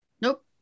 Nope